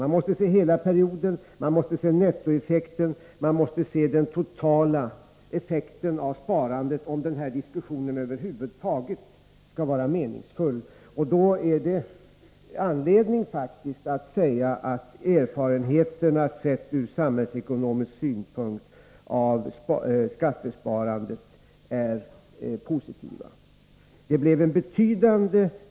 Man måste se hela perioden, man måste se nettoeffekten, och man måste se den totala effekten av sparandet, om den här diskussionen över huvud taget skall vara meningsfull. Då är det faktiskt anledning att säga att erfarenheterna av skattesparandet är positiva från samhällsekonomisk synpunkt. Det blev en betydande nettoeffekt av det sparandet.